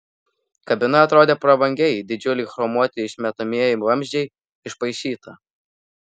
kabina atrodė labai prabangiai didžiuliai chromuoti išmetamieji vamzdžiai išpaišyta